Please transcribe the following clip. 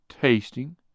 tasting